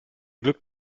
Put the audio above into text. glück